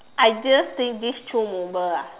I didn't think this through moment ah